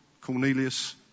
Cornelius